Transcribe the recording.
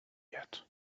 yet